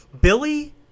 Billy